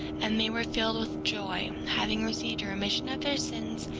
and they were filled with joy, having received a remission of their sins,